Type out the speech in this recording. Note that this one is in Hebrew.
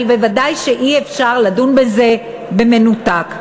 אבל ודאי שאי-אפשר לדון בזה במנותק.